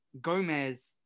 Gomez